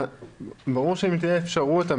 ברור שאם תהיה אפשרות,